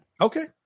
Okay